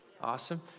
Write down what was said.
Awesome